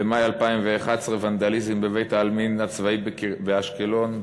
במאי 2011 ונדליזם בבית-העלמין הצבאי באשקלון,